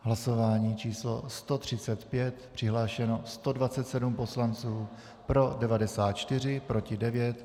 Hlasování číslo 135, přihlášeno 127 poslanců, pro 94, proti 9.